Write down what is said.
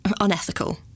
unethical